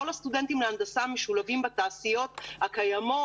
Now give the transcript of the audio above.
הסטודנטים להנדסה משולבים בתעשיות הקיימות,